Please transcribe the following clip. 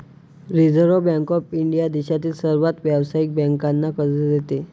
reserve bank of India देशातील सर्व व्यावसायिक बँकांना कर्ज देते